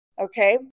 okay